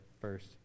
first